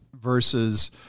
versus